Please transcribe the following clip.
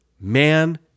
man